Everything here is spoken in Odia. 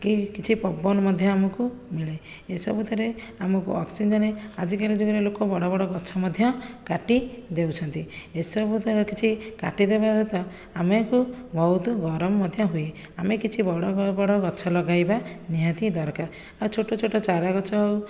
କି କିଛି ପବନ ମଧ୍ୟ ଆମକୁ ମିଳେ ଏ ସବୁଥିରେ ଆମକୁ ଅକ୍ସିଜେନ୍ ଆଜିକାଲି ଯୁଗରେ ଲୋକ ବଡ଼ ବଡ଼ ଗଛ ମଧ୍ୟ କାଟି ଦେଉଛନ୍ତି ଏସବୁ ଦ୍ୱାରା କିଛି କାଟି ଦେବାରୁ ତ ଆମକୁ ବହୁତ ଗରମ ମଧ୍ୟ ହୁଏ ଆମେ କିଛି ବଡ଼ ବଡ଼ ଗଛ ଲଗାଇବା ନିହାତି ଦରକାର ଆଉ ଛୋଟ ଛୋଟ ଚାରା ଗଛ ହେଉ